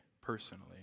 personally